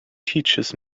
teaches